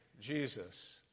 Jesus